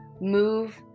move